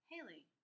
Haley